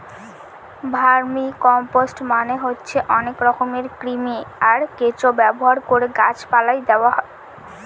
vermicompost মানে হচ্ছে অনেক রকমের কৃমি, আর কেঁচো ব্যবহার করে গাছ পালায় দেওয়া হয়